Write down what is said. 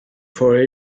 for